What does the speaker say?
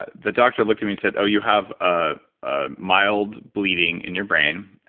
ah the doctor looked at me and said, oh you have ah ah mild bleeding in your brain.